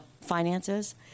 finances